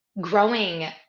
growing